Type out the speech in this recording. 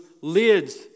lids